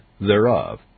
thereof